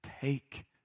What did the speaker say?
take